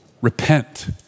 repent